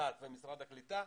ות"ת ומשרד הקליטה,